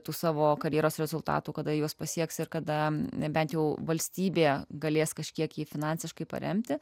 tų savo karjeros rezultatų kada juos pasieks ir kada nebent jau valstybė galės kažkiek jį finansiškai paremti